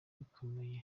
bikomeje